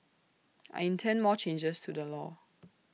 I intend more changes to the law